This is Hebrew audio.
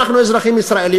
אנחנו אזרחים ישראלים,